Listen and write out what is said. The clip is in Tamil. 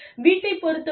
வீட்டைப் பொறுத்தவரை